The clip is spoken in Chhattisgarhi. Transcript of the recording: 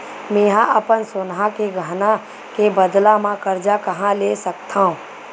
मेंहा अपन सोनहा के गहना के बदला मा कर्जा कहाँ ले सकथव?